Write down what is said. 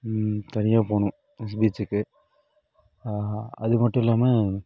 தனியாக போகணும் பீச்சுக்கு ஆஹா அது மட்டும் இல்லாமல்